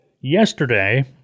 yesterday